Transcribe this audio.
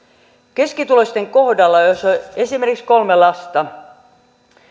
keskituloisten kohdalla jos on esimerkiksi kolme lasta